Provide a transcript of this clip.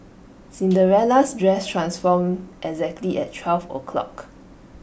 Cinderella's dress transformed exactly at twelve o'clock